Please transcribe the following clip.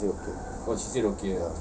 ya I already messaged her she said okay